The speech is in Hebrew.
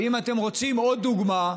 ואם אתם רואים עוד דוגמה,